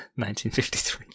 1953